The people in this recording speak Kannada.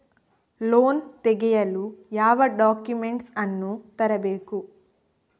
ಲೋನ್ ತೆಗೆಯಲು ಯಾವ ಡಾಕ್ಯುಮೆಂಟ್ಸ್ ಅನ್ನು ತರಬೇಕು?